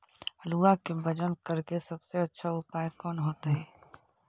आलुआ के वजन करेके सबसे अच्छा उपाय कौन होतई?